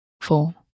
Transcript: four